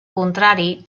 contrari